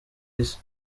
isi